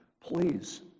please